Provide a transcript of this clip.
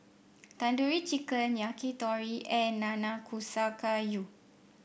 Tandoori Chicken Yakitori and Nanakusa Gayu